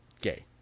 gay